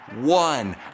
one